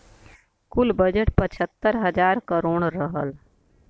कुल बजट पचहत्तर हज़ार करोड़ रहल